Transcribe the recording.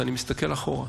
כי אני מסתכל אחורה,